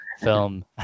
film